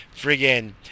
friggin